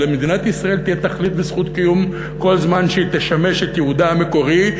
למדינת ישראל תהיה תכלית וזכות קיום כל זמן שהיא תשמש בייעודה המקורי,